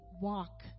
walk